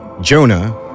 Jonah